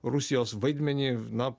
rusijos vaidmenį na